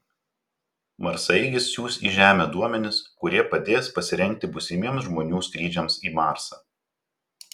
marsaeigis siųs į žemę duomenis kurie padės pasirengti būsimiems žmonių skrydžiams į marsą